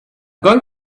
going